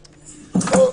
הכנסת,